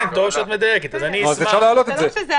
אז אפשר להעלות את זה.